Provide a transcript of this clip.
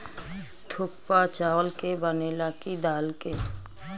थुक्पा चावल के बनेला की दाल के?